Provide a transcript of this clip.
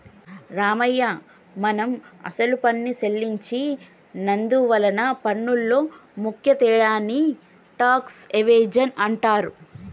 రామయ్య మనం అసలు పన్ను సెల్లించి నందువలన పన్నులో ముఖ్య తేడాని టాక్స్ ఎవేజన్ అంటారు